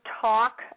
talk